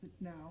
now